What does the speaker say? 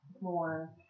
More